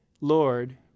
Lord